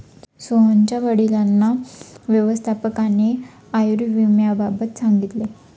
सोहनच्या वडिलांना व्यवस्थापकाने आयुर्विम्याबाबत सांगितले